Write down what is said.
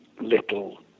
little